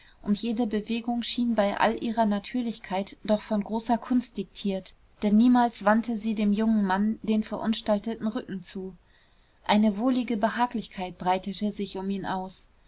und jede bewegung schien bei all ihrer natürlichkeit doch von großer kunst diktiert denn niemals wandte sie dem jungen mann den verunstalteten rücken zu eine wohlige behaglichkeit breitete sich um ihn aus